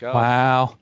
wow